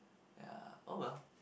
ya oh well